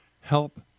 help